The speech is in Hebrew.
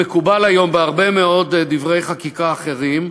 המקובל היום בהרבה מאוד דברי חקיקה אחרים,